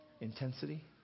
intensity